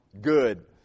good